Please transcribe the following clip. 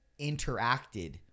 interacted